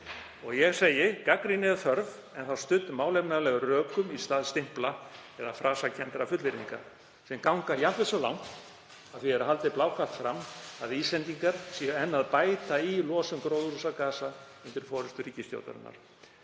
Ég segi: Gagnrýni er þörf en þá studd málefnalegum rökum í stað stimpla eða frasakenndra fullyrðinga sem ganga jafnvel svo langt að því er haldið blákalt fram að Íslendingar séu enn að bæta í losun gróðurhúsagasa undir forystu ríkisstjórnarinnar.